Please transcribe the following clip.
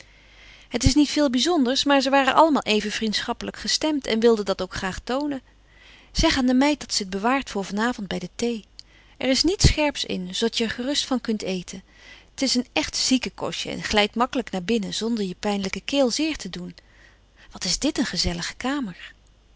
het is niet veel bijzonders maar ze waren allemaal even vriendschappelijk gestemd en wilden dat ook graag toonen zeg aan de meid dat ze het bewaart voor van avond bij de thee er is niets scherps in zoodat j'er gerust van kunt eten t is een echt ziekenkostje en glijdt gemakkelijk naar binnen zonder je pijnlijke keel zeer te doen wat is dit een gezellige kamer